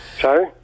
Sorry